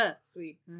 sweet